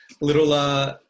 Little